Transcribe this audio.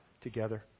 together